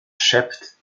szept